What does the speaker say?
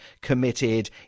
committed